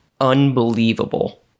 unbelievable